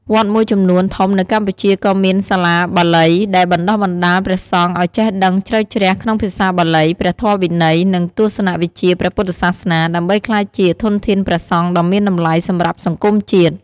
វត្តមួយចំនួនធំនៅកម្ពុជាក៏មាន សាលាបាលី ដែលបណ្ដុះបណ្ដាលព្រះសង្ឃឲ្យចេះដឹងជ្រៅជ្រះក្នុងភាសាបាលី ព្រះធម៌វិន័យ និងទស្សនវិជ្ជាព្រះពុទ្ធសាសនា ដើម្បីក្លាយជាធនធានព្រះសង្ឃដ៏មានតម្លៃសម្រាប់សង្គមជាតិ។